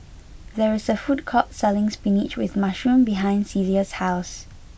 there is a food court selling Spinach with Mushroom behind Celia's house